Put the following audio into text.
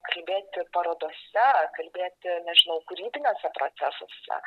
kalbėti parodose kalbėti nežinau kūrybiniuose procesuose